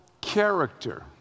character